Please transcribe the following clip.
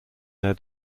their